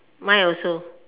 mine also